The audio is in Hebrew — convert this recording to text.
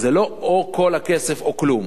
זה לא או כל הכסף או כלום,